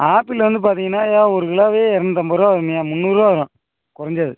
apple வந்து பார்த்தீங்கனாய்யா ஒரு கிலோவே இரநூத்தம்பது ரூபா வரும்யா முந்நூறு ரூபா வரும் குறைஞ்சது